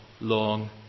long